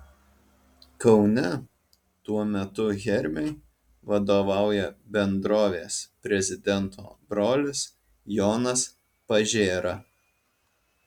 kaune tuo metu hermiui vadovauja bendrovės prezidento brolis jonas pažėra